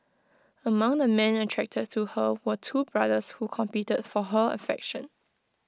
among the men attracted to her were two brothers who competed for her affection